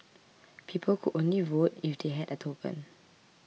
people could only vote if they had a token